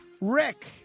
Rick